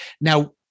Now